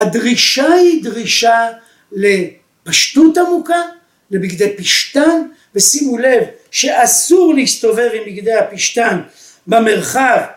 ‫הדרישה היא דרישה לפשטות עמוקה, ‫לבגדי פשתן, ‫ושימו לב שאסור להסתובב ‫עם בגדי הפשתן במרחב.